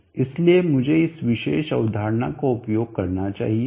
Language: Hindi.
इसलिए मुझे इस विशेष अवधारणा का उपयोग करना चाहिए